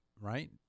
right